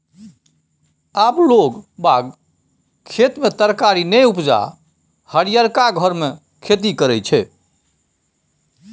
आब लोग बाग खेत मे तरकारी नै उपजा हरियरका घर मे खेती करय छै